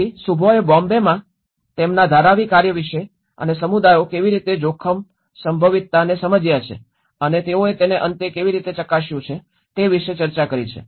તેથી શુભોએ બોમ્બેમાં તેમના ધારાવી કાર્ય વિશે અને સમુદાયો કેવી રીતે જોખમ સંભવિતને સમજ્યા છે અને તેઓએ તેને અંતે કેવી રીતે ચકાસ્યું છે તે વિશે ચર્ચા કરી છે